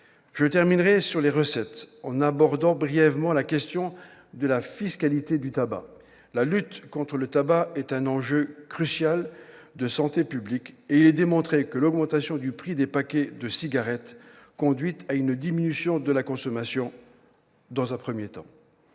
Je terminerai sur les recettes, en abordant brièvement la question de la fiscalité du tabac. La lutte contre le tabagisme est un enjeu crucial de santé publique, et il est démontré que l'augmentation du prix des paquets de cigarettes conduit à une diminution de la consommation, au moins dans un premier temps.